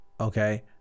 Okay